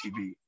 TV